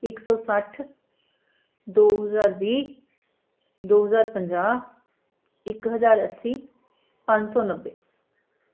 ਇੱਕ ਸੌ ਸੱਠ ਦੋ ਹਜ਼ਾਰ ਵੀਹ ਦੋ ਹਜ਼ਾਰ ਪੰਜਾਹ ਇੱਕ ਹਜ਼ਾਰ ਅੱਸੀ ਪੰਜ ਸੌ ਨੱਬੇ